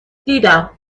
دیدم